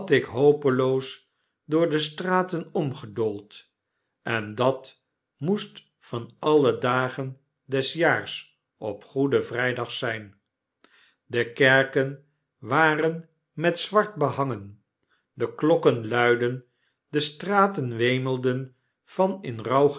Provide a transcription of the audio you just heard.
ik hopeloos door de straten omgedoold en dat moest van alle dagen des jaars op groeden vrydag zyn de kerken waren met zwart behangen de klokken luidden de straten wemejden van in